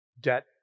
debt